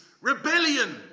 rebellion